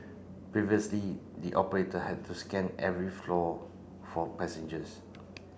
previously the operator had to scan every floor for passengers